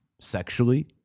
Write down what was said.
sexually